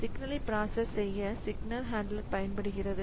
சிக்னலை பிராசஸ் செய்ய signal handler பயன்படுகிறது